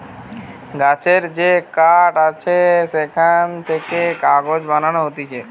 গাছের যে কাঠ আছে সেখান থেকে কাগজ বানানো হতিছে